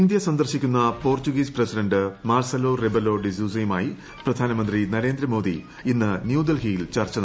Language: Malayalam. ഇന്ത്യ സന്ദർശിക്കുന്ന പോർച്ചുഗീസ് പ്രസിഡന്റ് മാഴ്സലോ റിബലൊ ഡിസൂസയുമായി പ്രധാനമന്ത്രി നരേന്ദ്രമോദി ഇന്ന് ന്യൂഡൽഹിയിൽ ചർച്ച നടത്തും